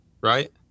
right